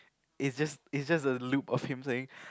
is just is just a loop of him saying